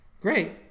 Great